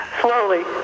Slowly